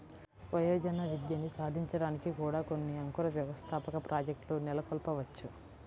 వయోజన విద్యని సాధించడానికి కూడా కొన్ని అంకుర వ్యవస్థాపక ప్రాజెక్ట్లు నెలకొల్పవచ్చు